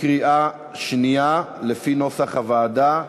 לפי נוסח הוועדה.